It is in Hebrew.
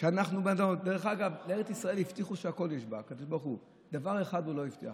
דרך אגב, הקדוש ברוך הוא הבטיח